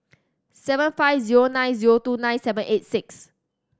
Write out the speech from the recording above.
seven five zero nine zero two nine seven eight six